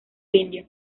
indios